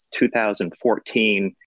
2014